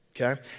Okay